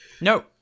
No